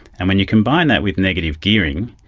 and when you combine that with negative gearing,